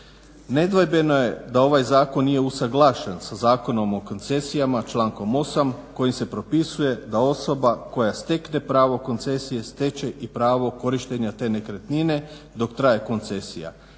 Nedvojbeno je da ovaj zakon nije usuglašen sa zakonom o koncesijama, člankom 8. kojim se propisuje da osoba koja stekne pravo koncesije, steče i pravo korištenja te nekretnine dok traje koncesija